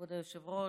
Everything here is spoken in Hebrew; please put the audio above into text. כבוד היושב-ראש,